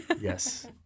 Yes